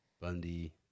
Bundy